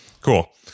cool